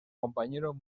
compañero